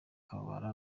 kubabara